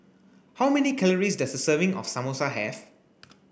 how many calories does a serving of Samosa have